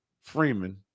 Freeman